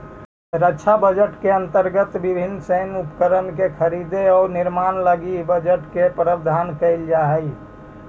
रक्षा बजट के अंतर्गत विभिन्न सैन्य उपकरण के खरीद औउर निर्माण लगी बजट के प्रावधान कईल जाऽ हई